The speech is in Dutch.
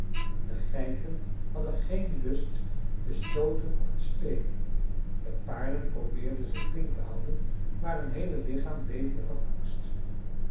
de geiten hadden geen lust te stooten of te spelen de paarden probeerden zich flink te houden maar hun heele lichaam beefde van angst